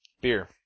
beer